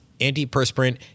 antiperspirant